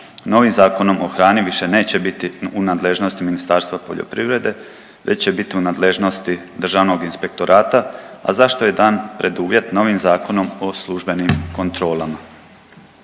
Novim Zakonom o hrani više neće biti u nadležnosti Ministarstva poljoprivrede već će biti u nadležnosti Državnog inspektora, a za što je dan preduvjet novim Zakonom o službenim kontrolama.